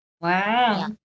Wow